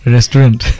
Restaurant